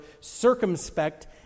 circumspect